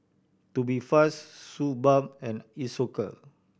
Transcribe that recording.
Tubifast Suu Balm and Isocal